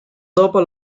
dopo